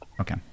okay